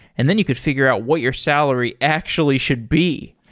and then you could figure out what your salary actually should be.